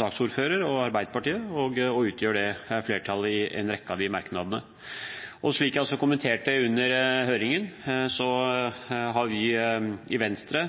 og Arbeiderpartiet og utgjør flertallet i en rekke av de merknadene. Slik jeg også kommenterte under høringen, støtter vi i Venstre